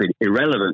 irrelevant